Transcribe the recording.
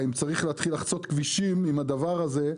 אם צריך להתחיל לחצות כבישים עם הדבר הזה,